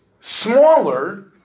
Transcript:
smaller